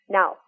Now